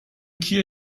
کیه